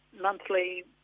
monthly